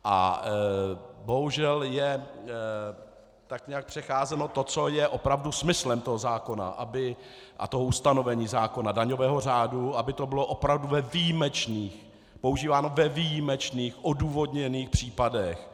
A bohužel je tak nějak přecházeno to, co je opravdu smyslem toho zákona a ustanovení zákona, daňového řádu, aby to bylo opravdu používáno ve výjimečných, odůvodněných případech.